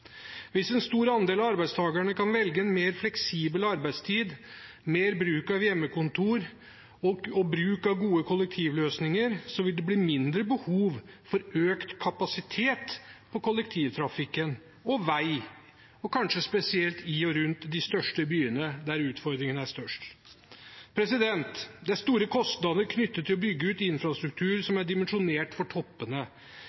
Hvis en stor andel av arbeidstakerne kan velge en mer fleksibel arbeidstid, mer bruk av hjemmekontor og bruk av gode kollektivløsninger, vil det bli mindre behov for økt kapasitet på kollektivtrafikken og veiene – kanskje spesielt i og rundt de største byene, der utfordringene er størst. Det er store kostnader knyttet til å bygge ut infrastruktur